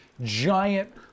giant